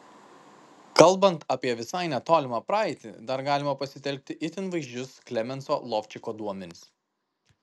kalbant apie visai netolimą praeitį dar galima pasitelkti itin vaizdžius klemenso lovčiko duomenis